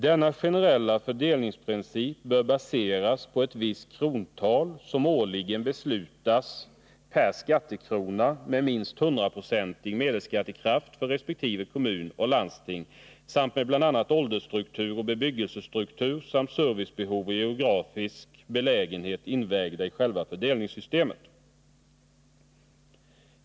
Denna generella fördelningsprincip bör baseras på ett visst krontal, som årligen beslutas per skattekrona med minst 100-procentig medelskattekraft för resp. kommun och landsting samt med bl.a. åldersstruktur och bebyggelsestruktur samt servicebehov och geografisk belägenhet invägda i själva fördelningssystemet.